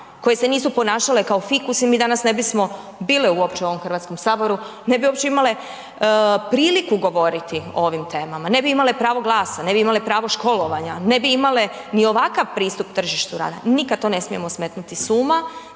koje se nisu ponašale kao fikusi mi danas ne bismo bile uopće u ovom Hrvatskom saboru, ne bi uopće imale priliku govoriti o ovim temama, ne bi imale pravo glasa, ne bi imale pravo školovanja, ne bi imale ni ovakav pristup tržištu rada. Nikad to ne smijemo smetnuti s uma,